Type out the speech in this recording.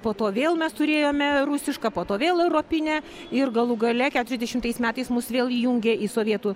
po to vėl mes turėjome rusišką po to vėl europinę ir galų gale keturiasdešimtais metais mus vėl įjungė į sovietų